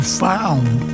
found